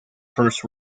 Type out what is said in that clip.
first